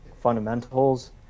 fundamentals